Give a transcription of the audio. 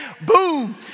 Boom